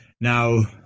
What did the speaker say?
Now